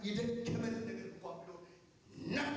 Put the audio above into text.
you know